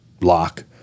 lock